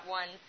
one